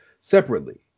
Separately